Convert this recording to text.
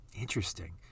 interesting